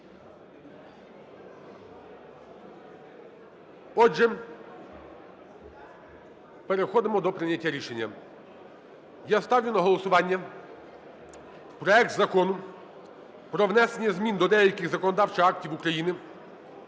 Отже, переходимо до прийняття рішення. Я ставлю на голосування проект Закону про внесення змін до деяких законодавчих актів України